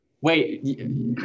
wait